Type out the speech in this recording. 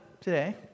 today